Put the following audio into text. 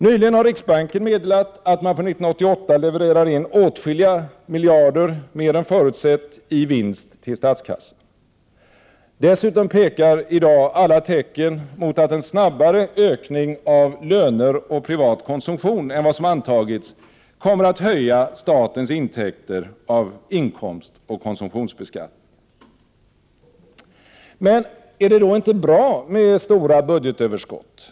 Nyligen har riksbanken meddelat att man för 1988 levererar in åtskilliga miljarder mer än förutsett i vinst till statskassan. Dessutom pekar i dag alla tecken mot att en snabbare ökning av löner och privat konsumtion än vad som antagits kommer att höja statens intäkter av inkomstoch konsumtionsbeskattningen. Men är det då inte bra med stora budgetöverskott?